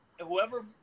whoever